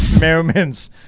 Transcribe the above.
Moments